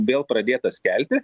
vėl pradėtas kelti